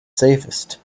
safest